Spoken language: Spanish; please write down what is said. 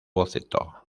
boceto